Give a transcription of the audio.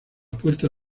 puerta